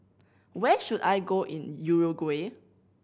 where should I go in Uruguay